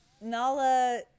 Nala